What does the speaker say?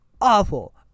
Awful